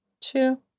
two